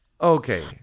okay